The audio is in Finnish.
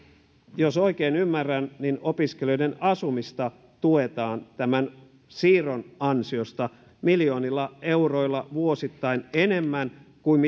jos oikein ymmärrän niin opiskelijoiden asumista tuetaan tämän siirron ansiosta miljoonilla euroilla vuosittain enemmän kuin